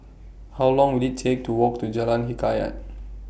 How Long Will IT Take to Walk to Jalan Hikayat